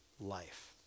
life